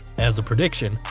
as a prediction,